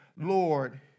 Lord